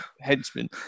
henchmen